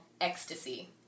Ecstasy